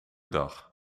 dag